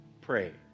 pray